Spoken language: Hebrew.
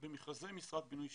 במכרזי משרד הבינוי והשיכון,